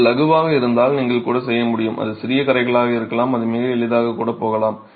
இது இலகுவாக இருந்தால் நீங்கள் கூட செய்ய முடியும் அது சிறிய கறைகளாக இருக்கலாம் அது மிக எளிதாக கூட போகலாம்